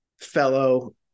fellow